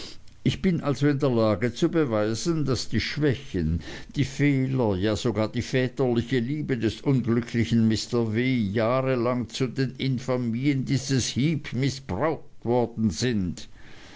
ich bin also in der lage zu beweisen daß die schwächen die fehler ja sogar die väterliche liebe des unglücklichen mr w jahrelang zu den infamien dieses heep mißbraucht worden sind